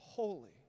Holy